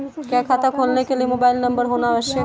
क्या खाता खोलने के लिए मोबाइल नंबर होना आवश्यक है?